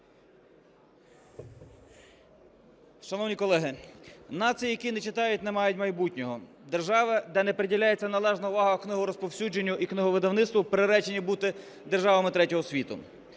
Шановні колеги, нації, які не читають, не мають майбутнього. Держави, де не приділяється належна увага книгорозповсюдженню і книговидавництву, приречені бути державами третього світу.